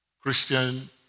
Christian